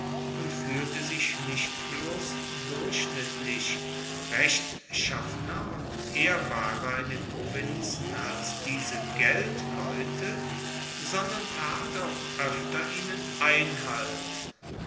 und fuehrte sich nicht bloss durchschnittlich rechtschaffener und ehrbarer in den provinzen als diese geldleute sondern tat auch oefter ihnen einhalt